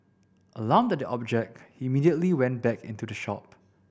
alarmed at the object he immediately went back into the shop